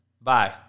Bye